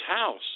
house